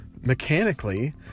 mechanically